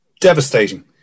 devastating